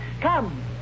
Come